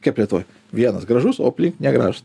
kaip lietuvoj vienas gražus o aplink negražūs